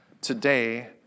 Today